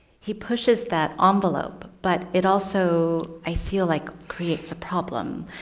he pushes that um envelope but it also, i feel like creates a problem.